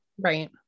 Right